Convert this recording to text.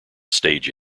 stage